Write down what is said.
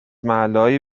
محلههای